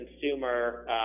consumer